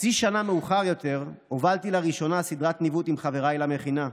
חצי שנה מאוחר יותר הובלתי לראשונה סדרת ניווט עם חבריי למכינה,